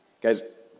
Guys